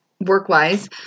work-wise